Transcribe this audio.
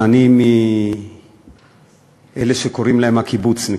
אני מאלה שקוראים להם הקיבוצניקים.